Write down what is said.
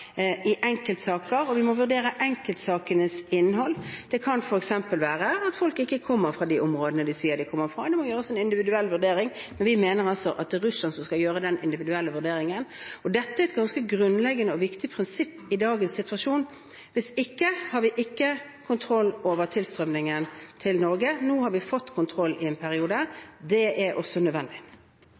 enkeltsaker, og vi må vurdere enkeltsakenes innhold. Det kan f.eks. være at folk ikke kommer fra de områdene de sier de kommer fra. Det må gjøres en individuell vurdering, men vi mener at det er Russland som skal gjøre den individuelle vurderingen. Dette er et ganske grunnleggende og viktig prinsipp i dagens situasjon. Hvis ikke har vi ikke kontroll over tilstrømningen til Norge. Nå har vi fått kontroll i en periode. Det er også nødvendig.